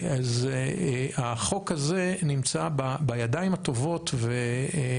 אז החוק הזה נמצא בידיים הטובות ומעורר אמוציות.